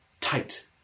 tight